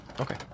Okay